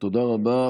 תודה רבה.